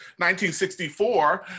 1964